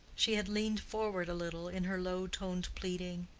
she had leaned forward a little in her low-toned pleading,